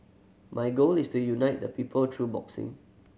my goal is to unite the people through boxing